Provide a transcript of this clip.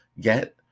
get